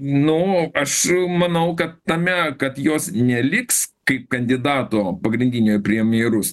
nu aš manau kad tame kad jos neliks kaip kandidato pagrindinio į premjerus